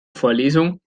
vorlesung